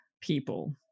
people